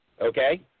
Okay